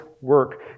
work